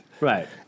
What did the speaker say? Right